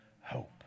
Hope